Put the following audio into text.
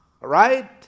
Right